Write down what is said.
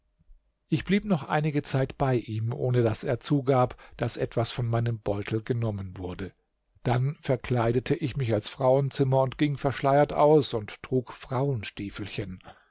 ich blieb noch einige zeit bei ihm ohne daß er zugab daß etwas von meinem beutel genommen wurde dann verkleidete ich mich als frauenzimmer und ging verschleiert aus und trug